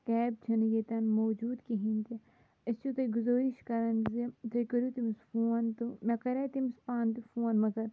cab چھَنہٕ ییٚتٮ۪ن موٗجوٗد کِہیٖنٛۍ تہِ أسۍ چھِو تۄہہِ گُذٲرِش کَران زِ تُہۍ کٔرِو تٔمِس فون تہٕ مےٚ کَرے تٔمِس پانہٕ تہِ فون مگر